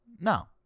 no